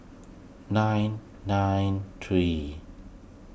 nine nine three